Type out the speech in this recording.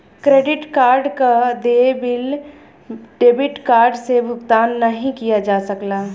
credit card क देय bill debit card से भुगतान नाहीं किया जा सकला